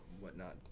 whatnot